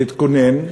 להתכונן.